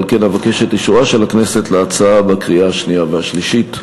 לכן אבקש את אישורה של הכנסת להצעה בקריאה השנייה והשלישית.